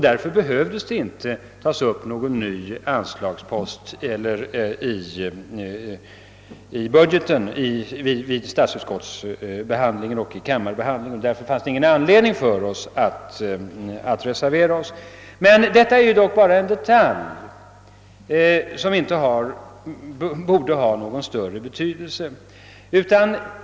Då behövde det inte tas upp någon ny anslagspost i budgeten vid behandlingen av ärendet i statsutskottet och kammaren, och därför fanns det heller ingen anledning för oss att avge en reservation. Detta är emellertid endast en detalj, som inte borde ha någon större betydelse.